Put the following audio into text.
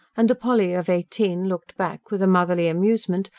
and the polly of eighteen looked back, with a motherly amusement,